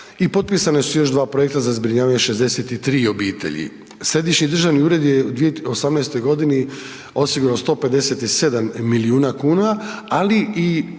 i potpisana su još dva projekta za zbrinjavanje 63 obitelji. Središnji državni ured je u 2018. g. osigurao 157 milijuna kuna ali i